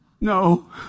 No